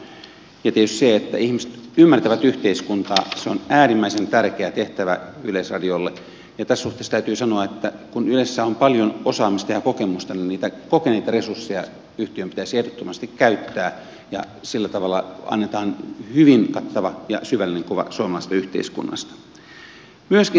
tietysti se että ihmiset ymmärtävät yhteiskuntaa on äärimmäisen tärkeä tehtävä yleisradiolle ja tässä suhteessa täytyy sanoa että kun ylessä on paljon osaamista ja kokemusta niin niitä kokeneita resursseja yhtiön pitäisi ehdottomasti käyttää ja sillä tavalla annetaan hyvin kattava ja syvällinen kuva suomalaisesta yhteiskunnasta